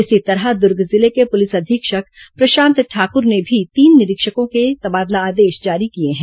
इसी तरह दुर्ग जिले के पुलिस अधीक्षक प्रशांत ठाकुर ने भी तीन निरीक्षकों के तबादला आदेश जारी किए हैं